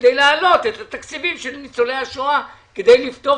כדי להעלות את התקציבים של ניצולי השואה כדי לפתור